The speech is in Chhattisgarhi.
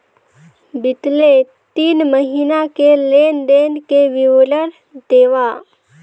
बितले तीन महीना के लेन देन के विवरण देवा?